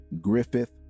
griffith